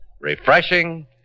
refreshing